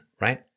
right